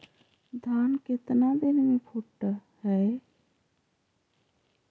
धान केतना दिन में फुट है?